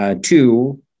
two